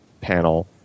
panel